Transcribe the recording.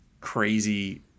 crazy